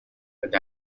with